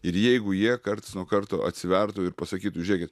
ir jeigu jie karts nuo karto atsivertų ir pasakytų žėkit